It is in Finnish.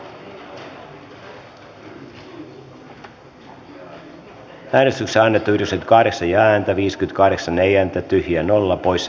eva biaudet on johanna ojala niemelän kannattamana ehdottanut että pykälä hyväksytään vastalauseen mukaisena